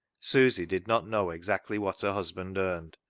susy did not know exactly what her husband earned,